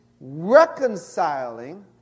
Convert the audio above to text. reconciling